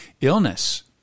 illness